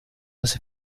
las